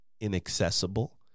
inaccessible